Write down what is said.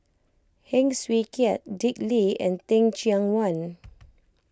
Heng Swee Keat Dick Lee and Teh Cheang Wan